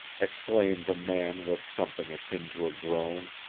exclaimed the man with something akin to a groan.